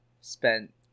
spent